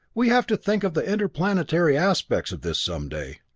we'll have to think of the interplanetary aspects of this some day.